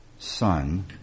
Son